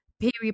period